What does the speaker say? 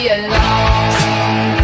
alone